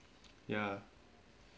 ya